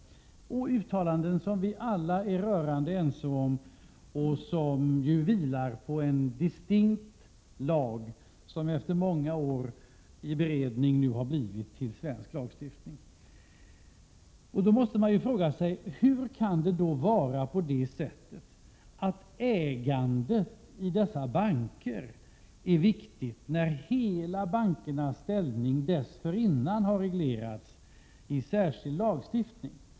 Det är uttalanden som vi alla är rörande ense om och som vilar på en distinkt lag, som efter många år av beredning har kommit till stånd. Hur kan det vara så att ägandet i dessa banker är viktigt, när bankernas ställning dessförinnan helt har reglerats i särskild lagstiftning?